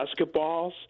basketballs